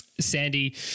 sandy